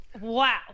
Wow